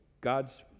God's